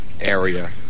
area